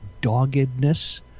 doggedness